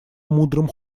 мудрым